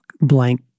blank